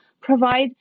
provide